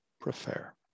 prefer